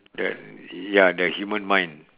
the ya the human mind